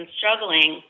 struggling